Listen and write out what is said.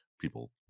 people –